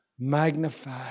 magnify